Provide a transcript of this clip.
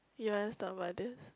you once thought about this